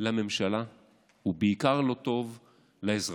לממשלה ובעיקר לא טוב לאזרחים.